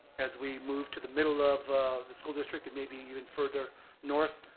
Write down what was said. as we moved to the middle of the school district and maybe even further north,